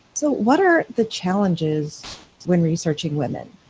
so what are the challenges when researching women?